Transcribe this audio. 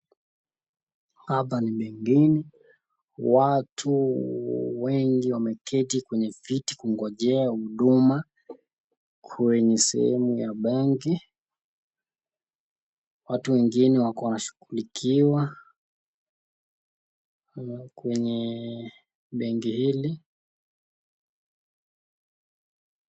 Hapa ni benki, watu wengi wameketi kwenye viti kungojea huduma kwenye sehemu ya benki, watu wengine wamashughulikiwa kwenye benki hili.